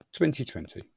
2020